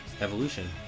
evolution